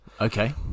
Okay